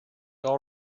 all